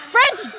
French